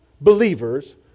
believers